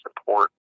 support